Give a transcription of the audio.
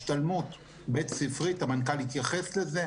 בכל בית ספר השתלמות בית ספרית והמנכ"ל התייחס לזה.